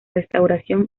restauración